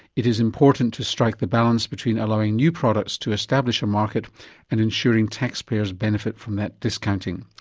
it is important to strike the balance between allowing new products to establish a market and ensuring taxpayers benefit from that discounting.